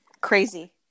Crazy